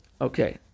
Okay